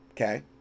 Okay